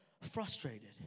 frustrated